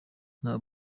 nta